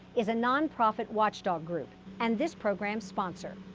is a non-profit watchdog group and this program's sponsor.